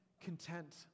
content